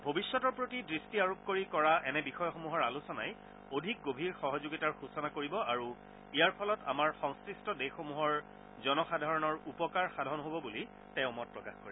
ভৱিষ্যতৰ প্ৰতি দৃষ্টি আৰোপ কৰি কৰা এনে বিষয়সমূহৰ আলোচনাই অধিক গভীৰ সহযোগিতাৰ সূচনা কৰিব আৰু ইয়াৰ ফলত আমাৰ সংশ্লিষ্ট দেশসমূহৰ জনসাধাৰণৰ উপকাৰ সাধন হব বুলি তেওঁ মতপ্ৰকাশ কৰে